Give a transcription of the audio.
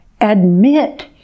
admit